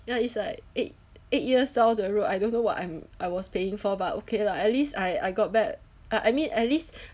ya it's like eight eight years down the road I don't know what I'm I was paying for but okay lah at least I I got back I mean at least